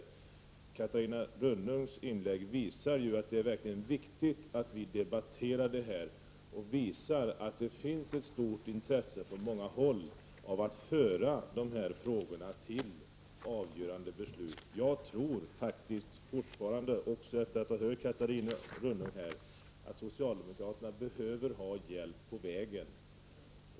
Jag tycker att Catarina Rönnungs inlägg visar att det är verkligt viktigt att debattera detta och visa att det faktiskt finns ett stort intresse från många håll av att föra de här frågorna till ett avgörande beslut. Jag tror faktiskt fortfarande, också efter att ha hört Catarina Rönnung, att socialdemokraterna behöver ha hjälp på vägen.